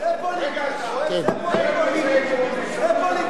זה פוליטי, אתה רואה?